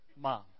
Mom